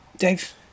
Dave